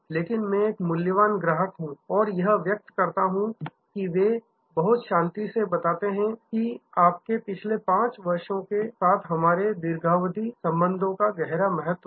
लेकिन मैं एक मूल्यवान ग्राहक हूं और यह व्यक्त करता हूं कि वे बहुत शांति से बताते हैं कि आपके पिछले 5 वर्षों के साथ हमारे दीर्घावधि संबंधों का गहरा महत्व है